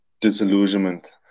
disillusionment